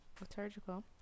liturgical